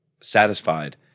satisfied